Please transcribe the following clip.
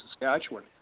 Saskatchewan